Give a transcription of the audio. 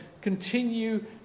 Continue